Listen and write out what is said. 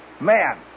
man